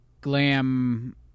glam